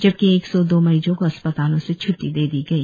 जबकि एक सौ दो मरीजों को अस्पतालों से छूट्टी दे दी गई